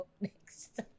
next